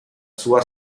sua